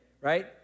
right